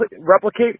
replicate